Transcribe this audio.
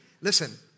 Listen